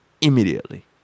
immediately